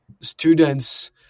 students